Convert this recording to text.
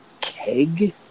keg